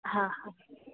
હા હા